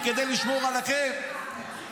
תסתכלו עליו, תראו את הממשלה.